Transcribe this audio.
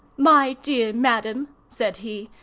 my dear madam, said he,